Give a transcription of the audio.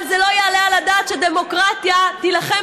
אבל לא יעלה על הדעת שדמוקרטיה תילחם